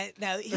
now